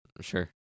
Sure